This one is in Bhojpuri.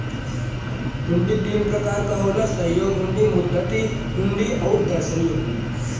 हुंडी तीन प्रकार क होला सहयोग हुंडी, मुद्दती हुंडी आउर दर्शनी हुंडी